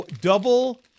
double